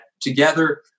together